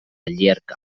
llierca